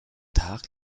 tag